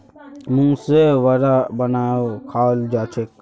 मूंग से वड़ा बनएयों खाल जाछेक